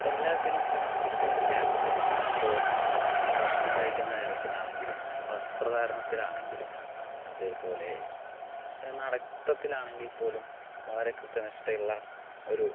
എല്ലാത്തിനും കൃത്യനിഷ്ഠയാണ് അപ്പോൾ ഭക്ഷണം കഴിക്കുന്ന കാര്യത്തിലാണെങ്കിലും വസ്ത്രധാരണത്തിലാണെങ്കിലും അതേപോലെ നടത്തത്തിലാണെങ്കിൽ പോലും വളരെ കൃത്യനിഷ്ഠയുള്ള ഒരു